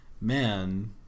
man